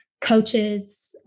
coaches